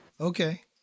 Okay